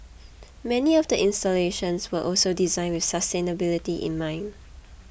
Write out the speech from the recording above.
many of the installations were also designed with sustainability in mind